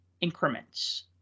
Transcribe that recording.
increments